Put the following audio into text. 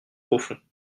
profonds